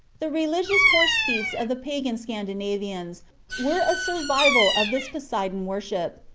the religious horse-feasts of the pagan scandinavians were a survival of this poseidon-worship,